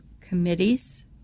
committees